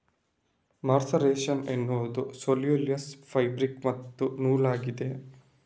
mercerisation ಎನ್ನುವುದು cellulose fabric ಮತ್ತು ನೂಲಾಗಿದೆ